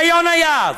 זה יונה יהב.